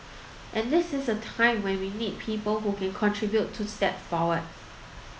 and this is a time when we need people who can contribute to step forward